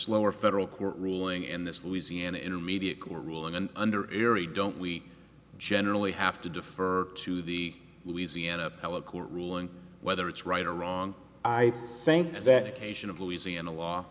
lower federal court ruling in this louisiana intermediate court ruling and under eerie don't we generally have to defer to the louisiana eloquent ruling whether it's right or wrong i think that occasion of louisiana law